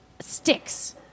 sticks